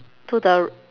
to the